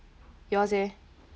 yours eh